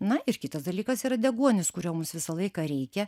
na ir kitas dalykas yra deguonis kurio mums visą laiką reikia